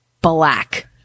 black